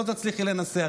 לא תצליחי לנסח,